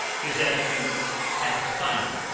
his attitude half-defiant,